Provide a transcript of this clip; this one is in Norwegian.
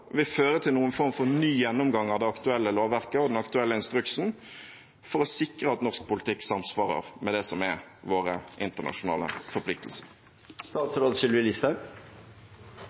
Vil den kraftige kritikken Norge har fått fra FN, føre til noen form for ny gjennomgang av det aktuelle lovverket og den aktuelle instruksen for å sikre at norsk politikk samsvarer med det som er våre internasjonale